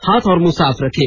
हाथ और मुंह साफ रखें